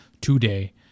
today